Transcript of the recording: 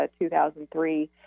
2003